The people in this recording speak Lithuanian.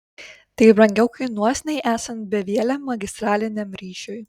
tai brangiau kainuos nei esant bevieliam magistraliniam ryšiui